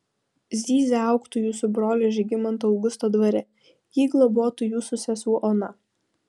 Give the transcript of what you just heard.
zyzia augtų jūsų brolio žygimanto augusto dvare jį globotų jūsų sesuo ona